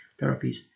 therapies